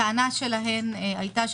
הטענה שלהן היתה,